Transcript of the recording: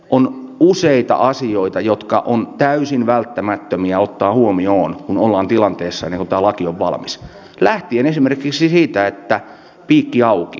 on useita asioita jotka ovat täysin välttämättömiä ottaa huomioon kun ollaan tilanteessa ennen kuin tämä laki on valmis lähtien esimerkiksi siitä että piikki auki